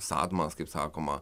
sadmas kaip sakoma